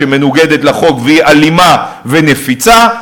שמנוגדת לחוק והיא אלימה ונפיצה,